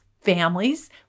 families